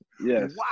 yes